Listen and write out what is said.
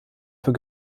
für